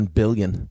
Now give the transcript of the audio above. billion